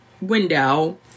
window